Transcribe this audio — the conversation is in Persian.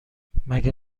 مگه